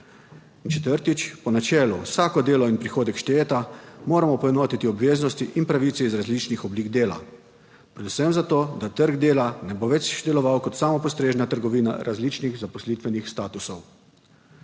In četrtič, po načelu vsako delo in prihodek štejeta, moramo poenotiti obveznosti in pravice iz različnih oblik dela, predvsem za to, da trg dela ne bo več deloval kot samopostrežna trgovina različnih zaposlitvenih statusov.